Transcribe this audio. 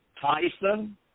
Tyson